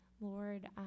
Lord